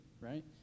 right